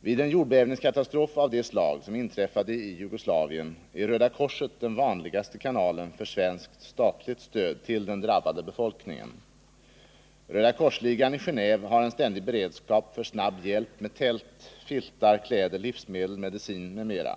Vid en jordbävningskatastrof av det slag som inträffade i Jugoslavien är Röda korset den vanligaste kanalen för svenskt statligt stöd tili den drabbade befolkningen. Röda korsligan i Genéve har en ständig beredskap för snabb hjälp med tält, filtar, kläder, livsmedel, medicin, m.m.